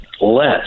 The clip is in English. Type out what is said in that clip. less